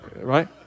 right